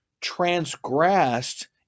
transgressed